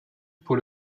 pour